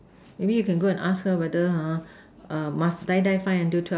may be you can go and ask her whether !huh! must like die die find until twelve